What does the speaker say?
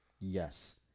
Yes